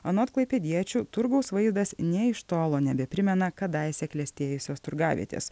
anot klaipėdiečių turgaus vaizdas nė iš tolo nebeprimena kadaise klestėjusios turgavietės